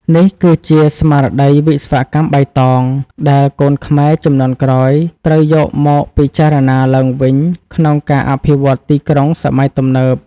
នេះគឺជាស្មារតី វិស្វកម្មបៃតង ដែលកូនខ្មែរជំនាន់ក្រោយត្រូវយកមកពិចារណាឡើងវិញក្នុងការអភិវឌ្ឍទីក្រុងសម័យទំនើប។